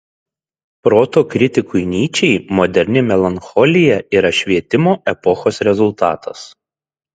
proto kritikui nyčei moderni melancholija yra švietimo epochos rezultatas